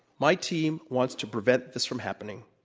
my team wants to prevent this from happening